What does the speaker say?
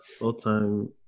all-time